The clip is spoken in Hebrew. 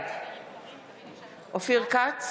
בעד אופיר כץ,